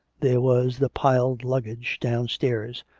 there was the piled luggage downstairs,